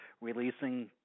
releasing